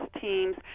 teams